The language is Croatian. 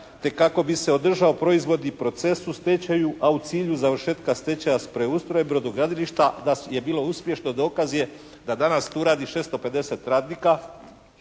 te kako bi se održao proizvodni proces u stečaju, a u cilju završetka stečaja s preustroja brodogradilišta. Da je bilo uspješno dokaz je da danas tu radi 650 radnika.